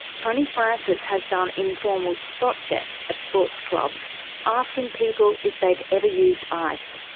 tony francis has done informal spot checks at sports club asking people if they've ever used ice.